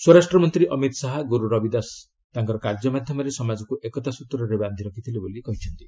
ସ୍ୱରାଷ୍ଟ୍ରମନ୍ତ୍ରୀ ଅମିତ ଶାହା ଗୁରୁ ରବି ଦାସ ତାଙ୍କର କାର୍ଯ୍ୟ ମାଧ୍ୟମରେ ସମାଜକୁ ଏକତା ସୂତ୍ରରେ ବାନ୍ଧି ରଖିଥିଲେ ବୋଲି କହିଛନ୍ତି